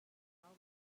khawh